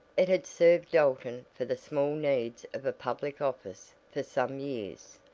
it had served dalton for the small needs of a public office for some years,